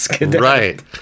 Right